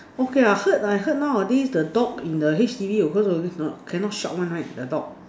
okay I heard I heard nowadays the dog in the H_D_B always of course cannot shout one right the dog